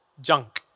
junk